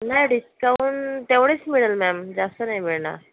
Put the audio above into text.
नाय डिस्काउंट तेवढेच मिळेल मॅम जास्त नाही मिळणार